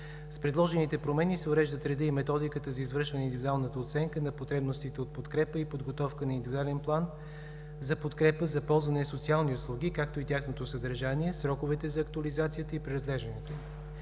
С предложените промени се уреждат редът и методиката за извършване на индивидуалната оценка на потребностите от подкрепа и подготовка на индивидуален план за подкрепа за ползване на социални услуги, както и тяхното съдържание, сроковете за актуализацията и преразглеждането му.